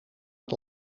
het